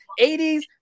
80s